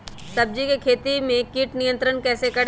सब्जियों की खेती में कीट नियंत्रण कैसे करें?